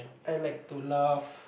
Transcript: I like to laugh